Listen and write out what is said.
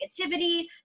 negativity